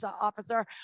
officer